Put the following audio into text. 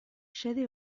xede